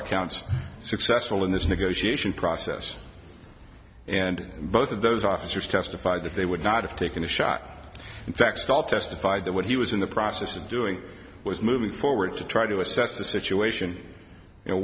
a council successful in this negotiation process and both of those officers testified that they would not have taken a shot in fact stall testified that what he was in the process of doing was moving forward to try to assess the situation